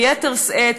ביתר שאת,